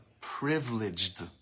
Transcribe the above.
privileged